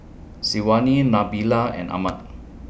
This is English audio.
Syazwani Nabila and Ahmad